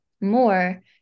more